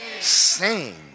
Sing